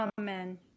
Amen